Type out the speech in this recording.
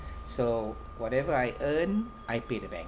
so whatever I earn I pay the bank